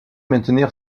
maintenir